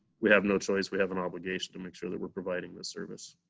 we have no choice. we have an obligation to make sure that we're providing the service.